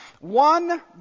One